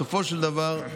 בסופו של דבר,